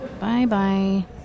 Bye-bye